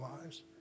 lives